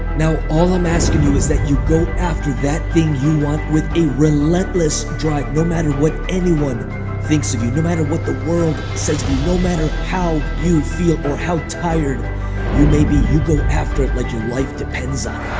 now all i'm asking you is that you go after that thing you want with a relentless drive no matter what anyone thinks of you. no matter what the world says to you. no matter how you feel or how tired you may be, you go after it like your life depends on